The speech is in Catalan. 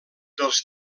dels